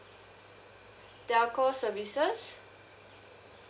telco services